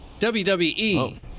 WWE